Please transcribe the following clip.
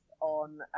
on